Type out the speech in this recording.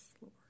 Lord